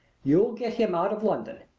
you'll get him out of london.